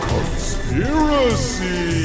Conspiracy